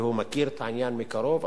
והוא מכיר את העניין מקרוב,